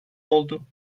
oldu